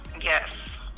yes